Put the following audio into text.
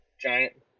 giant